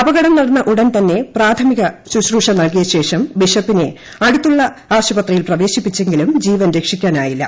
അപകടം നടന്ന ഉടൻതന്നെ പ്രാഥമിക ശുശ്രൂഷ നൽകിയശേഷം ബിഷപ്പിനെ അടുത്തുള്ള ആശുപത്രിയിൽ ് പ്രവേശിപ്പിച്ചെങ്കിലും ജീവൻ രക്ഷിക്കാനായില്ല